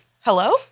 Hello